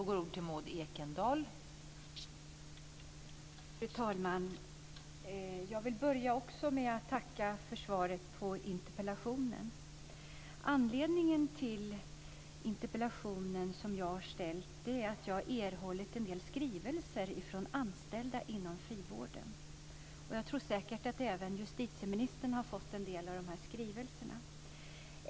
Fru talman! Jag vill också börja med att tacka för svaret på interpellationen. Anledningen till den interpellation som jag har ställt är att jag har erhållit en del skrivelser från anställda inom frivården. Jag tror säkert att även justitieministern har fått en del av dessa skrivelser.